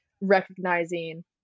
recognizing